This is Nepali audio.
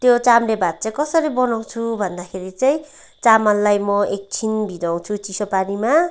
त्यो चाम्रे भात चाहिँ कसरी बनाउँछु भन्दाखेरि चाहिँ चामललाई म एकछिन भिजाउँछु चिसो पानीमा